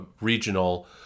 Regional